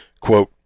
Quote